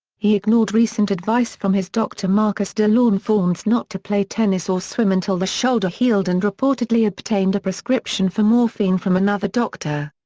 he ignored recent advice from his doctor marcus de laune faunce not to play tennis or swim until the shoulder healed and reportedly obtained a prescription for morphine from another doctor.